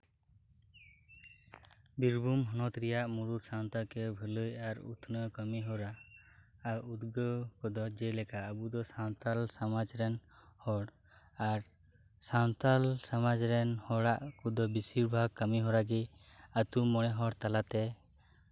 ᱵᱤᱨᱵᱷᱩᱢ ᱦᱚᱱᱚᱛ ᱨᱮᱭᱟᱜ ᱢᱩᱬᱩᱫ ᱥᱟᱶᱛᱟᱠᱤᱭᱟᱹ ᱵᱷᱟᱹᱞᱟᱹᱭ ᱩᱛᱱᱟᱹᱣ ᱠᱟᱹᱢᱤ ᱦᱚᱨᱟ ᱩᱫᱜᱟᱹᱣ ᱠᱚᱫᱚ ᱡᱮᱞᱮᱠᱟ ᱟᱵᱚ ᱫᱚ ᱥᱟᱱᱛᱟᱞ ᱥᱚᱢᱟᱡ ᱨᱮᱱ ᱦᱚᱲ ᱟᱨ ᱥᱟᱱᱛᱟᱞ ᱥᱚᱢᱟᱡ ᱨᱮᱱ ᱦᱚᱲ ᱠᱚᱣᱟᱜ ᱫᱚ ᱵᱮᱥᱤᱨ ᱵᱷᱟᱜᱽ ᱠᱟᱹᱢᱤᱦᱚᱨᱟ ᱜᱮ ᱟᱹᱛᱩ ᱢᱚᱬᱮ ᱦᱚᱲ ᱛᱟᱞᱟᱛᱮ